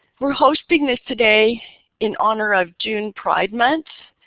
we're hosting this today in honor of june pride month.